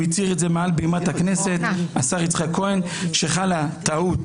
השר יצחק כהן הצהיר מעל בימת הכנסת שחלה טעות